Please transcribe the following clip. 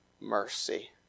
mercy